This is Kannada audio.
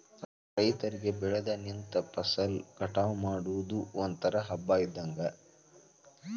ರೈತರಿಗೆ ಬೆಳದ ನಿಂತ ಫಸಲ ಕಟಾವ ಮಾಡುದು ಒಂತರಾ ಹಬ್ಬಾ ಇದ್ದಂಗ